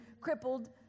crippled